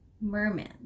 Merman